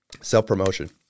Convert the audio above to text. self-promotion